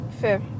Fair